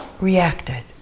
reacted